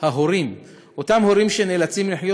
נא לסיים,